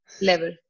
level